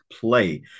play